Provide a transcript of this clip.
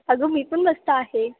अगं मी पण मस्त आहे